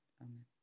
Amen